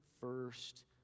first